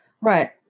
right